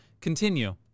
Continue